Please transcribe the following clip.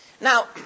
Now